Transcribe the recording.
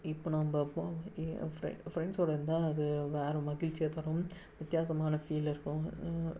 இப்போ நாம்ப போ எ பிரண்ட்ஸோட இருந்தா அது வேறு மகிழ்ச்சியை தரும் வித்தியாசமான ஃபீல் இருக்கும்